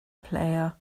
player